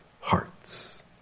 hearts